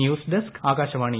news desk Akashvani